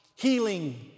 healing